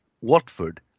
Watford